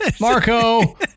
marco